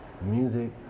music